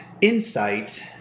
Insight